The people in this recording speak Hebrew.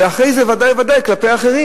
ואחרי זה ודאי וודאי כלפי האחרים,